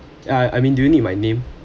ah I mean do you need my name